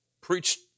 preached